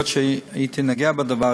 היות שהייתי נוגע בדבר,